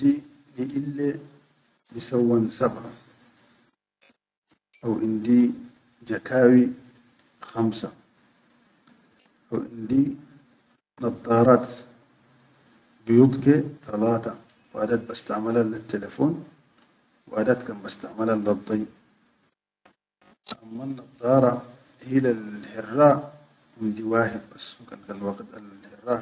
Indi niʼille bisawwan saba, haw indi jakaw khamsa, haw indi naddarat biyud ke talata, waat bastamalan lettalefon, wadat kan bastamalaʼn leddai, ammannadara hilal herra indi wahid bas huka al.